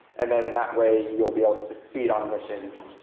and then that way, you'll be able to succeed on missions.